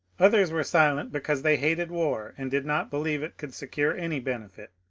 others were silent because they hated war and did not believe it could secure any benefit,